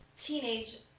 teenage